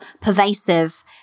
pervasive